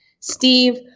Steve